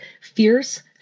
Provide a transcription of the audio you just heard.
Fierce